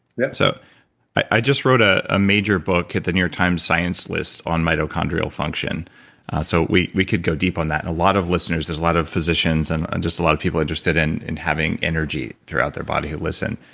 so i just wrote a a major book at the new york times science list on mitochondrial function so we we could go deep on that. a lot of listeners, there's a lot of physicians and and just a lot of people interested in in having energy throughout their body listen.